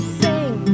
sing